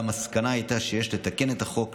והמסקנה הייתה שיש לתקן את החוק,